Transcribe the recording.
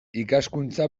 ikaskuntza